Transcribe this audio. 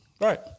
Right